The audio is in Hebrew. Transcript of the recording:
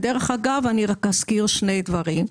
דרך אגב, אני אזכיר רק שני דברים.